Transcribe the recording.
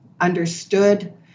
understood